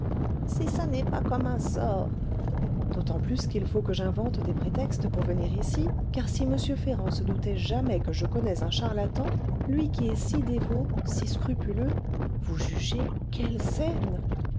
si ça n'est pas comme un sort d'autant plus qu'il faut que j'invente des prétextes pour venir ici car si m ferrand se doutait jamais que je connais un charlatan lui qui est si dévot si scrupuleux vous jugez quelle scène